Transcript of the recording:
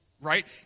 right